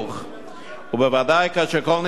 ובוודאי כאשר כל ניסיון לקבוע הוראות